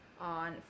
on